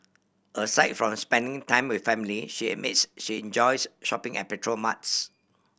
aside from spending time with family she admits she enjoys shopping at petrol marts